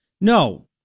No